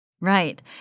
Right